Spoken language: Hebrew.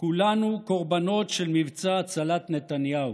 כולנו קורבנות של מבצע הצלת נתניהו.